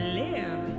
live